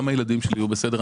גם הילדים שלי יהיו בסדר.